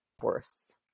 worse